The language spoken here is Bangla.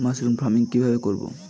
মাসরুম ফার্মিং কি ভাবে করব?